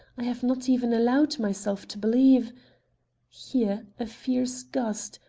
i have not even allowed myself to believe here a fierce gust,